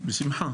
בשמחה.